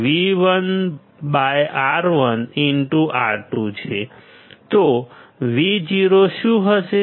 તો Vo શું હશે